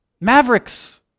mavericks